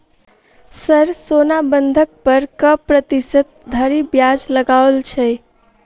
Sir सोना बंधक पर कऽ प्रतिशत धरि ब्याज लगाओल छैय?